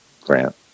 grant